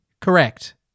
Correct